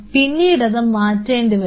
പിന്നീടത് മാറ്റേണ്ടിവരും